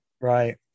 Right